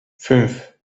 fünf